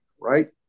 right